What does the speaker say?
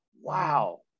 wow